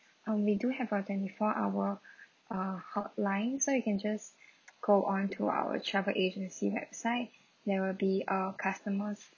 uh we do have a twenty four hour uh hotline so you can just go on to our travel agency website there will be uh customer